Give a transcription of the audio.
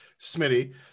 smitty